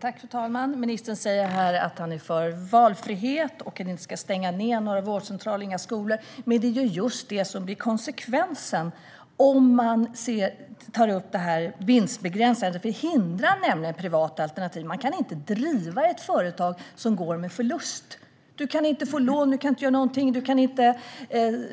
Fru ålderspresident! Ministern säger att han är för valfrihet och att inga vårdcentraler eller skolor ska stängas. Men det är ju just det som blir konsekvensen om den här vinstbegränsningen tas upp. Detta hindrar nämligen privata alternativ - man kan inte driva ett företag som går med förlust. Man kan inte få lån. Man kan inte